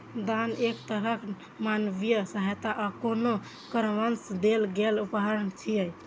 दान एक तरहक मानवीय सहायता आ कोनो कारणवश देल गेल उपहार छियै